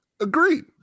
Agreed